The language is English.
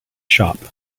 shop